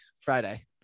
friday